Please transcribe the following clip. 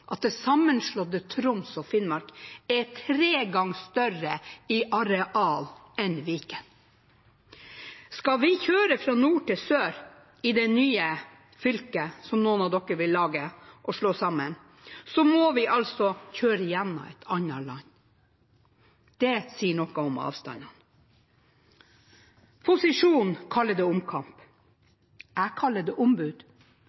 at det sammenslåtte Troms og Finnmark er tre ganger større i areal enn Viken. Skal vi kjøre fra nord til sør i det nye fylket, som noen av dere vil slå sammen og lage, må vi altså kjøre gjennom et annet land. Det sier noe om avstandene. Posisjonen kaller det